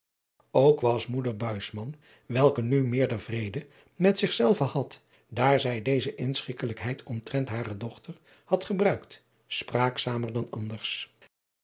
ook was moeder buisman welke nu meerder vrede met zich zelve had daar zij deze inschikkelijkheid omtrent hare dochter had gebruikt spraakzamer dan anders